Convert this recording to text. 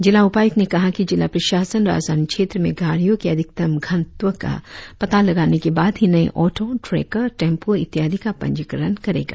जिला उपायुक्त ने कहा कि जिला प्रशासन राजधानी क्षेत्र में गाड़ियों के अधिकतम घनत्व का पता लगाने के बाद ही नए ऑटो ट्रेकर टेम्पो इत्यादि का पंजीकरण करेगा